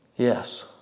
Yes